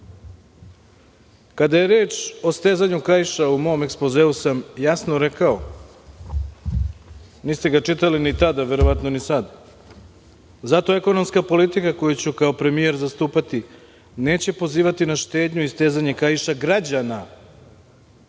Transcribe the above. dan. Kada je reč o stezanju kaiša, u mom ekspozeu sam jasno rekao, niste ga čitali ni tada, verovatno ni sad - zato ekonomska politiku, koju ću kao premijer zastupati, neće pozivati na štednju i stezanje kaiša građana